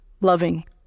loving